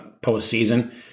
postseason